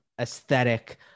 aesthetic